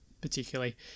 particularly